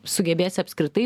sugebėsi apskritai